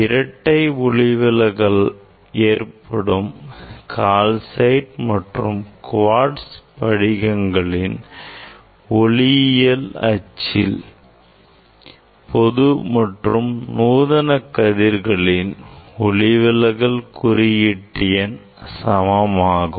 இரட்டை ஒளிவிலகல் ஏற்படும் கால்சைட் மற்றும் குவாட்ஸ் படிகங்களின் ஒளியியல் அச்சில் O ray and E ray பொது மற்றும் நூதன கதிர்களின் ஒளிவிலகல் குறியீட்டு எண் சமமாகும்